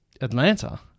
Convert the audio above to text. Atlanta